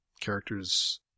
characters